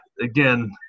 again